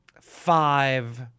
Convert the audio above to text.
five